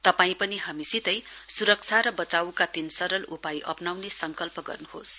तपाई पनि हामीसितै सुरक्षा र वचाइका तीन सरल उपाय अप्नाउने संकल्प गर्नुहोस